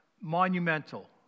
monumental